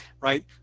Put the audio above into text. right